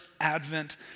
Advent